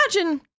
imagine